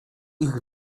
ich